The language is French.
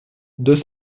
deux